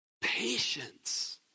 patience